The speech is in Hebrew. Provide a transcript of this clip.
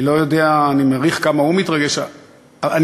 אני